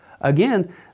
Again